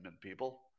people